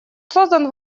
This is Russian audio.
создан